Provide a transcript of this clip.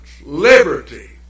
Liberty